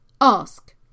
ask